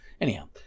Anyhow